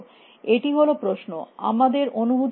এটি হল প্রশ্ন তোমাদের অনুভূতিটি কী